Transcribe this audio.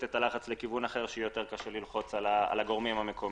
את הלחץ לכיוון אחר שיהיה יותר קשה ללחוץ על הגורמים המקומיים.